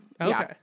Okay